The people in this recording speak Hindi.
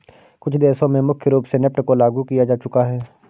कुछ देशों में मुख्य रूप से नेफ्ट को लागू किया जा चुका है